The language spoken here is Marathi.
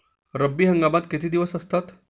रब्बी हंगामात किती दिवस असतात?